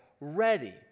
ready